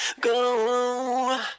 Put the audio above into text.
go